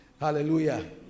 Hallelujah